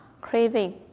craving